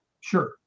sure